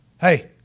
Hey